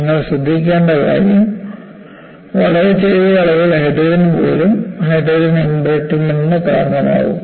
നിങ്ങൾ ശ്രദ്ധിക്കേണ്ട കാര്യം വളരെ ചെറിയ അളവിൽ ഹൈഡ്രജൻ പോലും ഹൈഡ്രജൻ എംബ്രിറ്റ്മെന്റ്നു കാരണമാകും